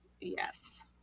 Yes